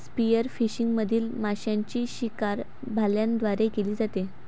spearfishing मधील माशांची शिकार भाल्यांद्वारे केली जाते